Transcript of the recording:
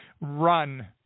run